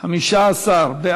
(תיקון מס' 4 והוראת שעה), התשע"ו 2016, נתקבל.